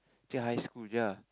high school ya